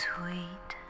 Sweet